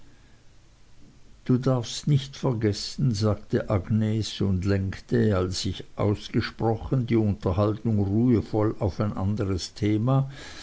du darfst nicht vergessen sagte agnes und lenkte als ich ausgesprochen die unterhaltung ruhevoll auf ein anderes thema